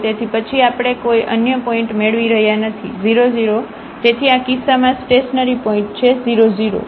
તેથી પછી આપણે કોઈ અન્ય પોઇન્ટ મેળવી રહ્યા નથી 0 0 તેથી આ કિસ્સામાં સ્ટેશનરીપોઇન્ટ છે 0 0